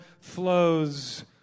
flows